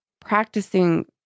practicing